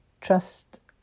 trust